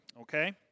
Okay